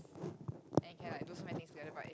and can like do so many things together but it